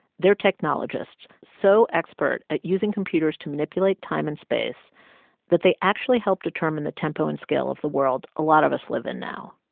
they're technologists so expert at using computers to manipulate time and space that they actually helped determine the tempo and scale of the world a lot of us live in now.